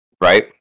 Right